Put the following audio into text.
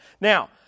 Now